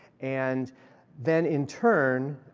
and then, in turn,